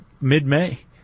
mid-May